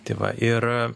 tai va ir